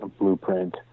blueprint